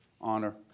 Honor